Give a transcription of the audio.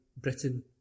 Britain